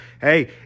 hey